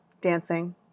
Dancing